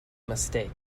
mistake